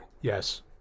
Yes